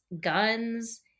guns